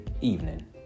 evening